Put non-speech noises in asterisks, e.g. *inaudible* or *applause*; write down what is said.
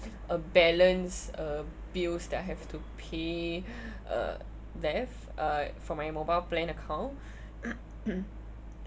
uh balance uh bills that I have to pay uh left uh for my mobile plan account *noise*